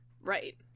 Right